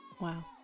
Wow